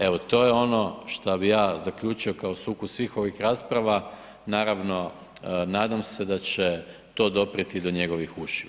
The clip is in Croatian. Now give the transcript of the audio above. Evo, to je ono šta bi ja zaključio kao sukus svih ovih rasprava, naravno nadam se da će to doprijeti do njegovih ušiju.